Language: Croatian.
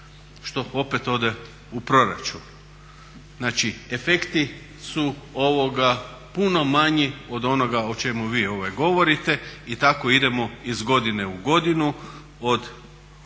što opet ode u proračun. Znači efekti su ovoga puno manji od onoga o čemu vi govoriti i tako idemo iz godine u godinu, od